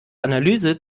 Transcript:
analyse